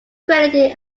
credited